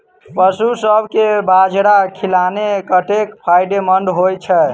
पशुसभ केँ बाजरा खिलानै कतेक फायदेमंद होइ छै?